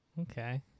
Okay